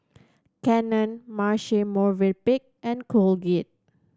Canon Marche Movenpick and Colgate